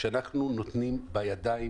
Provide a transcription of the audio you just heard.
שאנחנו נותנים בידיים